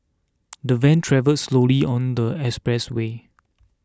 the van travelled slowly on the expressway